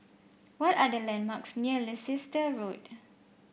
what are the landmarks near Leicester Road